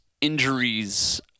injuries